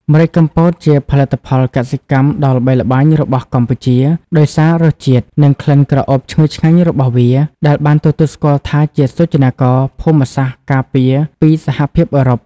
ម្រេចកំពតជាផលិតផលកសិកម្មដ៏ល្បីល្បាញរបស់កម្ពុជា ដោយសាររសជាតិ និងក្លិនក្រអូបឈ្ងុយឆ្ងាញ់របស់វា ដែលបានទទួលស្គាល់ថាជាសូចនាករភូមិសាស្ត្រការពារពីសហភាពអឺរ៉ុប ។